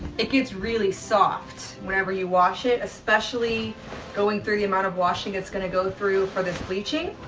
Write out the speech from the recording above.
it gets really soft whenever you wash it. especially going through the amount of washing it's gonna go through for this bleaching.